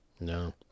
no